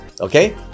okay